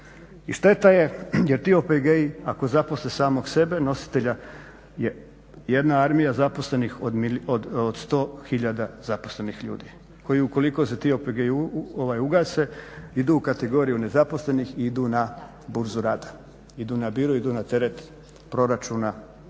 I šteta je jer ti OPG-i ako zaposle samog sebe, nositelja, jedna armija zaposlenih od 100 hiljada zaposlenih ljudi koji ukoliko se ti OPG-i ugase idu u kategoriju nezaposlenih i idu na burzu rada, idu na biro, idu na teret proračuna ove